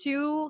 Two